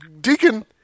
Deacon